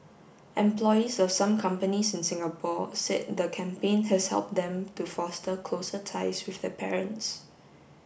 employees of some companies in Singapore said the campaign has helped them to foster closer ties with their parents